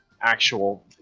actual